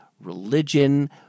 religion